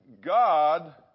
God